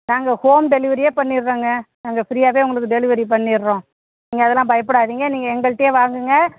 நாங்கள் ஹோம் டெலிவரியே பண்ணிவிட்றோங்க நாங்கள் ஃப்ரீயாகவே உங்களுக்கு டெலிவரி பண்ணிவிட்றோம் நீங்கள் அதெல்லாம் பயப்படாதீங்க நீங்கள் எங்கள்கிட்டே வாங்குங்க